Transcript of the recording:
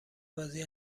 بازی